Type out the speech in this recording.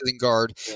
guard